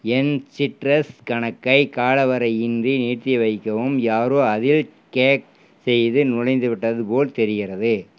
என் citrus கணக்கை காலவரையின்றி நிறுத்திவைக்கவும் யாரோ அதில் கேக் செய்து நுழைந்துவிட்டது போல் தெரிகிறது